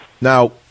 Now